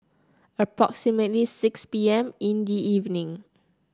approximately six P M in the evening